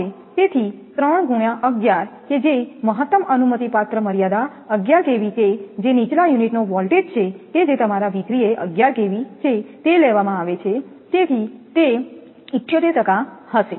તેથી 3 ગુણ્યા 11 કે જે મહત્તમ અનુમતિપાત્ર મર્યાદા 11 kV કે જે નીચલા યુનિટનો વોલ્ટેજ છે કે જે તમારા એ 11 kV છે તે લેવામાં આવે છે તેથી તે 78 હશે